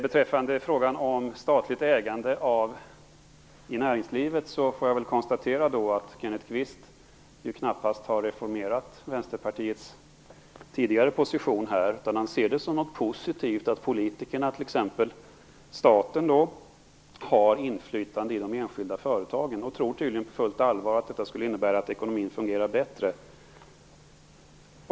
Beträffande frågan om statligt ägande i näringslivet får jag väl konstatera att Kenneth Kvist knappast har reformerat Vänsterpartiets tidigare position, utan han ser det som något positivt att politikerna, t.ex. staten, har inflytande i de enskilda företagen och tror tydligen på fullt allvar att detta skulle innebära att ekonomin fungerar bättre.